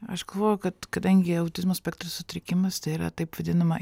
aš galvoju kad kadangi autizmo spektro sutrikimas tai yra taip vadinama